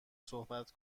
صحبت